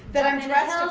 that i'm dressed um